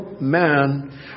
man